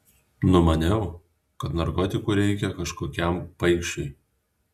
numaniau kad narkotikų reikia kažkokiam paikšiui